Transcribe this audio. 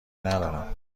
ندارم